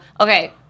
okay